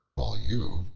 while you,